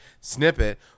snippet